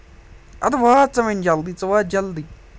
اَدٕ وات ژٕ وۄنۍ جلدی ژٕ وات جلدی